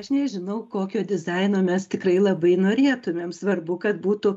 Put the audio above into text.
aš nežinau kokio dizaino mes tikrai labai norėtumėm svarbu kad būtų